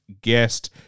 guest